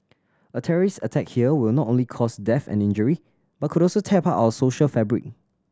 a terrorist attack here will not only cause death and injury but could also tear apart our social fabric